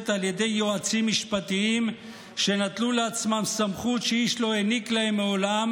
על ידי יועצים משפטיים שנטלו לעצמם סמכות שאיש לא העניק להם מעולם,